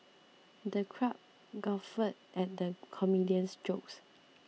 the crowd guffawed at the comedian's jokes